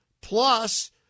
plus